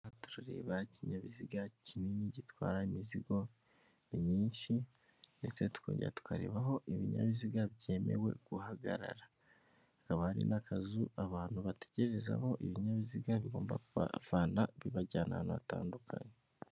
Aha turareba ikinyabiziga kinini gitwara imizigo myinshi ndetse tukongera tukareba aho ibinyabiziga byemewe guhagarara. Hakaba hari n'akazu abantu bategerezaho ibinyabiziga bigomba kubavana bibajyana ahantu hatandukanye.